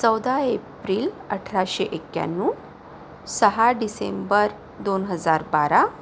चौदा एप्रिल अठराशे एक्याण्णव सहा डिसेंबर दोन हजार बारा